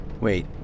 Wait